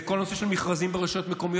זה כל הנושא של מכרזים ברשויות המקומיות,